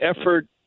effort